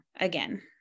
again